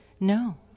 No